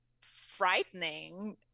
frightening